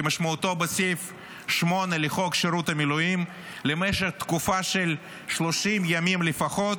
כמשמעותו בסעיף 8 לחוק שירות המילואים למשך תקופה של 30 ימים לפחות,